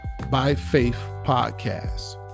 byfaithpodcast